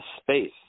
space